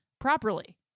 properly